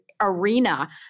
arena